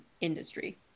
industry